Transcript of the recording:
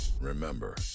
Remember